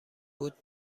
بود